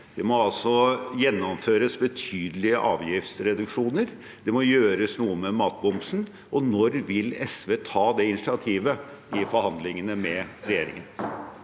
Det må gjennomføres betydelige avgiftsreduksjoner, og det må gjøres noe med matmomsen. Når vil SV ta det initiativet i forhandlingene med regjeringen?